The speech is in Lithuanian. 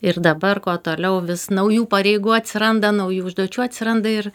ir dabar kuo toliau vis naujų pareigų atsiranda naujų užduočių atsiranda ir